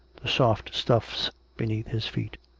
the soft stuffs beneath his feet.